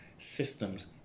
systems